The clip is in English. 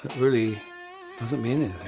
really doesn't mean